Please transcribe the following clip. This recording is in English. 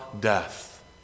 death